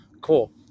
Cool